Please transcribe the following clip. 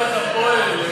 כי אתה אוהד "הפועל".